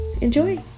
Enjoy